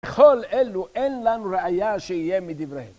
לכל אלו אין לנו ראייה שיהיה מדבריהם.